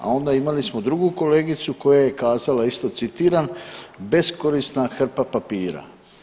A onda imali smo drugu kolegicu koja je kazala isto, citiram: „beskorisna hrpa papira“